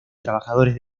trabajadores